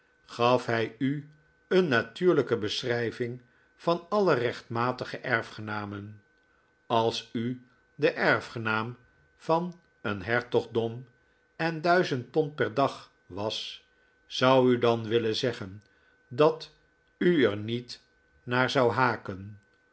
gaf hij u een natuurlijke beschrijving van alle rechtmatige erfgenamen als u de erfgenaam van een hertogdom en duizend pond per dag was zou u dan willen zeggen dat u er niet naar zou haken